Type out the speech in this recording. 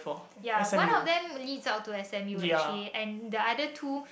ya one of them list out to S M U actually and the other two